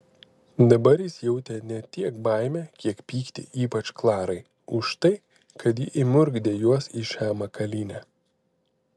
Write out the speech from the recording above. dabar jis jautė ne tiek baimę kiek pyktį ypač klarai už tai kad ji įmurkdė juos į šią makalynę